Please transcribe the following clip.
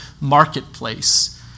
marketplace